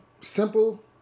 Simple